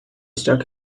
stuck